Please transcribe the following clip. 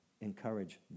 encourage